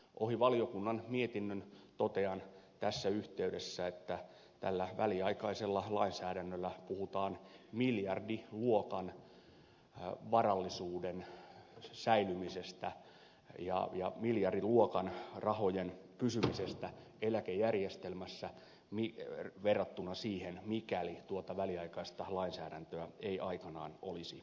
ohi valiokunnan mietinnön totean tässä yh teydessä että tämän väliaikaisen lainsäädännön yhteydessä puhutaan miljardiluokan varallisuuden säilymisestä ja miljardiluokan rahojen pysymisestä eläkejärjestelmässä verrattuna siihen että tuota väliaikaista lainsäädäntöä ei aikanaan olisi tehty